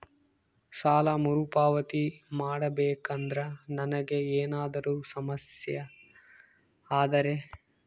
ಸಾಲ ಮರುಪಾವತಿ ಮಾಡಬೇಕಂದ್ರ ನನಗೆ ಏನಾದರೂ ಸಮಸ್ಯೆ ಆದರೆ?